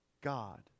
God